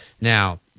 Now